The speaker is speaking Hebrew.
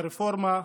לרפורמה,